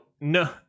no